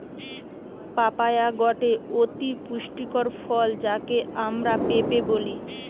papaya গটে অতি পুষ্টিকর ফল যাকে আমরা পেঁপে বলি